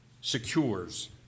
secures